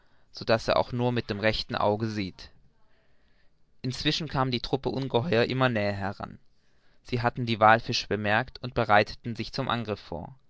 so daß er auch nur mit dem rechten auge sieht inzwischen kam die truppe ungeheuer immer näher heran sie hatten die wallfische bemerkt und bereiteten sich zum angriff vor